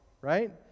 right